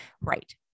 Right